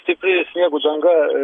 stipri sniego danga